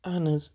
اَہن حظ